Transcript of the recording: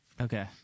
okay